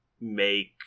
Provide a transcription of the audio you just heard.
make